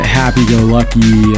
happy-go-lucky